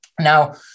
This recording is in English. Now